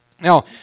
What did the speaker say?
Now